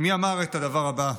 מי אמר את הדבר הבא: